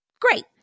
Great